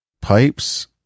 pipes